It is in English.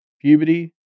puberty